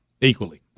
equally